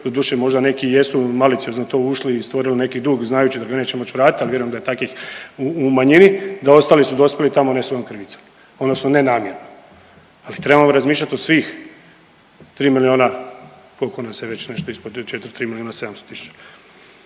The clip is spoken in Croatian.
doduše možda neki jesu maliciozno u to ušli i stvorili neki dug znajući da ga neće moći vratit, a vjerujem da je takvih u manjini da ostali su dospjeli tamo ne svojom krivicom odnosno nenamjerno. Ali trebamo razmišljati o svih 3 milijuna koliko nas je već nešto ispod 4 milijuna,